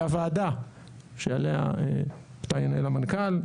הוועדה שאותה ינהל המנכ"ל,